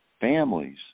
families